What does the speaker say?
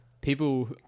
People